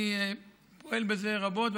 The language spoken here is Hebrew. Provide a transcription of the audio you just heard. אני פועל בזה רבות,